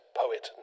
poet